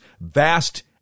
Vast